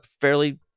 fairly